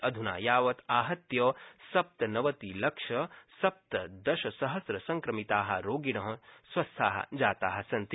अध्ना यावत् आहत्य सप्त नवति लक्ष सप्तदशसहस्र संक्रमिता रोगिण स्वास्थ्या जातासन्ति